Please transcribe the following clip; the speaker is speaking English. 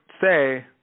say